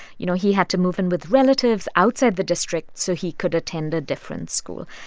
you know, he had to move in with relatives outside the district so he could attend a different school.